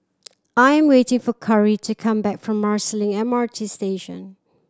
I am waiting for Kari to come back from Marsiling M R T Station